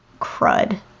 crud